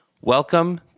Welcome